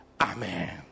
Amen